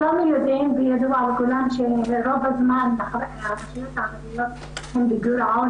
ידוע לכולם שברוב הזמן הרשויות הערביות הן בגירעון